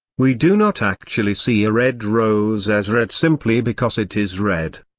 we do not actually see a red rose as red simply because it is red.